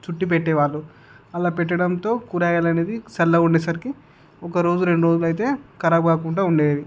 చుట్టి పెట్టే వాళ్ళు అలా పెట్టడం వల్ల కూరగాయలు అనేది చల్లగా ఉండేసరికి ఒకరోజు రెండు రోజులైతే కరాబ్ కాకుండా ఉండేవి